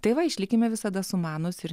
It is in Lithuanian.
tai va išlikime visada sumanūs ir